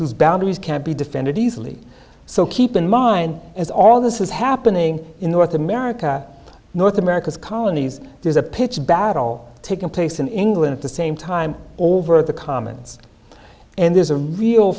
as boundaries can't be defended easily so keep in mind as all this is happening in north america north america's colonies there's a pitched battle taking place in england at the same time all over the commons and there's a real